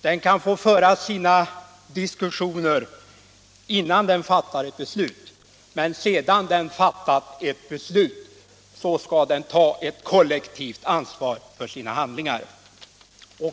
Den kan få föra sina diskussioner innan den fattar beslut, men sedan den fattat ett beslut skall den ta ett kollektivt ansvar för sina handlingar.